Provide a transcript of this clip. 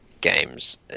games